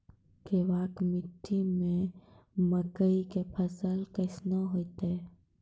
केवाल मिट्टी मे मकई के फ़सल कैसनौ होईतै?